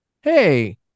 Hey